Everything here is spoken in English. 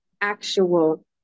actual